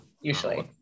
usually